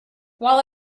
while